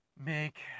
make